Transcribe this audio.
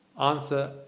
Answer